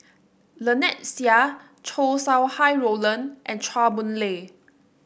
Lynnette Seah Chow Sau Hai Roland and Chua Boon Lay